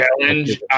Challenge